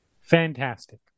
Fantastic